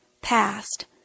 past